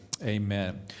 Amen